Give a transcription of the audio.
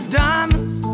diamonds